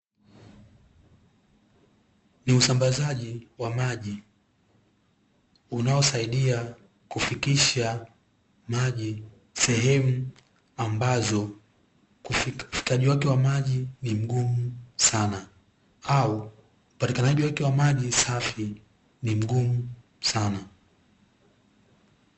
Ni usambazaji wa maji unaosaidia kufikisha maji sehemu ambazo ufikaji wake wa maji ni ngumu sana au upatikanaji wake wa maji safi ni ngumu sana.